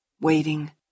waiting